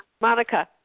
Monica